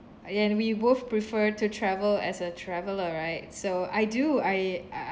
ya and we both prefer to travel as a traveller right so I do I